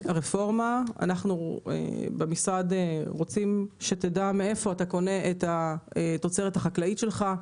אנחנו במשרד רוצים שתדע מאיפה אתה קונה את התוצרת החקלאית שלך.